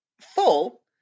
full